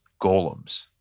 golems